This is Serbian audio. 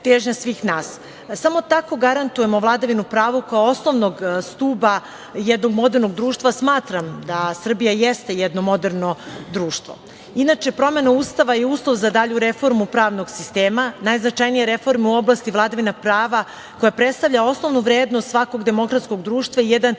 Samo tako garantujemo vladavinu prava kao osnovnog stuba jednog modernog društva. Smatram da Srbija jeste jedno moderno društvo. Inače, promena Ustava je uslov za dalju reformu pravnog sistema, najznačajniju reformu u oblasti vladavine prava koja predstavlja osnovnu vrednost svakog demokratskog društva, jedan od